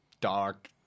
dark